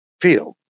feel